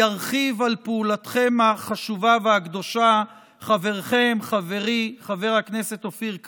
ירחיב על פעולתכם החשובה והקדושה חברכם חברי חבר הכנסת אופיר כץ,